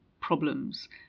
problems